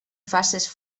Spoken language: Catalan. faces